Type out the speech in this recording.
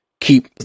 keep